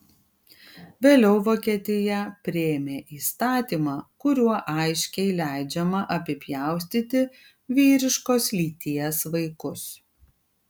vėliau vokietija priėmė įstatymą kuriuo aiškiai leidžiama apipjaustyti vyriškos lyties vaikus